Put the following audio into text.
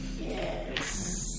Yes